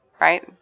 right